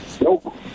Nope